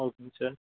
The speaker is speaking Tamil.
ஓகேங்க சார்